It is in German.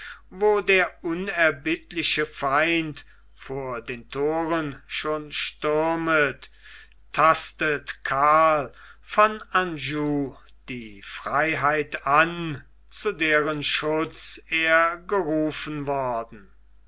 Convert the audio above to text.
wo der unerbittliche feind vor den thoren schon stürmet tastet karl von anjou die freiheit an zu deren schutz er gerufen worden